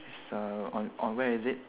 is uh on on where is it